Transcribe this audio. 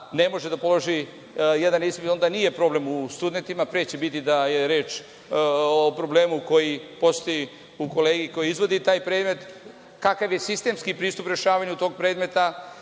ne može da položi jedan ispit, onda nije problem u studentima, pre će biti da je reč o problemu koji postoji u kolegi koji izvodi taj predmet. Kakav je sistemski pristup rešavanju tog predmeta.